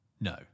No